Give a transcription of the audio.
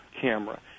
camera